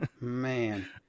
man